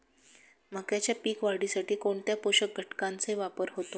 मक्याच्या पीक वाढीसाठी कोणत्या पोषक घटकांचे वापर होतो?